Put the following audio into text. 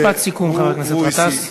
משפט סיכום, חבר הכנסת גטאס.